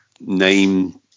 name